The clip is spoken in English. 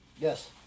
Yes